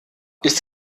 ist